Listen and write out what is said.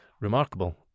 remarkable